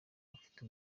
bafite